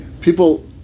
People